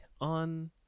on